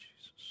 Jesus